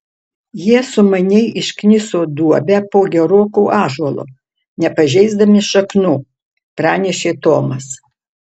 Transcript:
jie sumaniai iškniso duobę po geroku ąžuolu nepažeisdami šaknų pranešė tomas